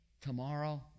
tomorrow